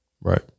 Right